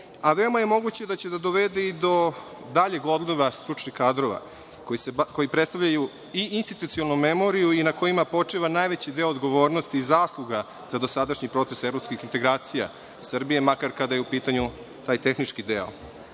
a veoma je moguće da će da dovede i do daljeg odliva stručnih kadrova, koji predstavljaju i institucionalnu memoriju i na kojima počiva najveći deo odgovornosti i zasluga za dosadašnji proces evropskih integracija Srbije, makar kada je u pitanju taj tehnički deo